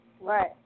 Right